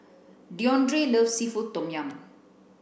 Deondre loves seafood Tom Yum